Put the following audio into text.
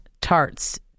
tarts